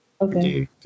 Okay